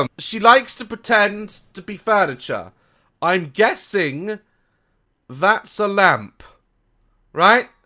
um she likes to pretend to be furniture i'm guessing that's a lamp right?